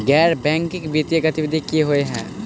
गैर बैंकिंग वित्तीय गतिविधि की होइ है?